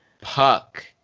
Puck